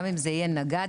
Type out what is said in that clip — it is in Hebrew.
גם אם זה יהיה נגד,